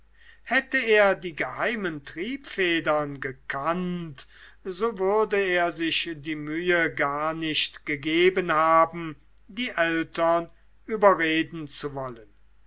hätte er die geheimen triebfedern gekannt so würde er sich die mühe gar nicht gegeben haben die eltern überreden zu wollen